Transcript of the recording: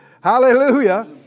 Hallelujah